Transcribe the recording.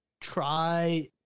try